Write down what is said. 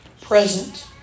present